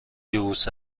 یبوست